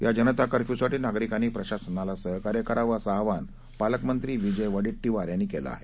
या जनता कर्फ्यू साठी नागरिकांनी प्रशासनाला सहकार्य करावं असं आवाहन पालकमंत्री विजय वडेट्टीवार यांनी केलं आहे